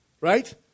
Right